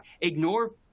Ignore